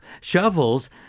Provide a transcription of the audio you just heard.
shovels